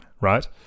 right